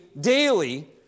daily